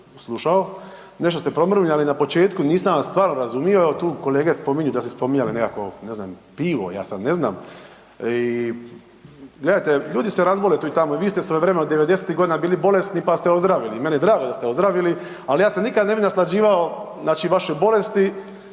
nešto ste promrmljali na početku, nisam vas stvarno razumio, evo tu kolege spominju da ste spominjali nekakvo ne znam pivo, ja sad ne znam. I gledajte, ljudi se razbole tu i tamo i vi ste svojevremeno '90.-tih godina bili bolesni, pa ste ozdravili, meni je drago da ste ozdravili, ali ja se nikad ne bi naslađivao, znači vašoj bolesti,